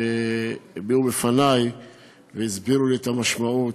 שהביעו והסבירו לי את המשמעות.